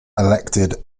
elected